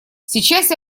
сейчас